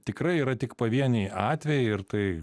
tikrai yra tik pavieniai atvejai ir tai